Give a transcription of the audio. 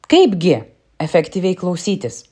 kaipgi efektyviai klausytis